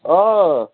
آ